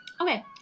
Okay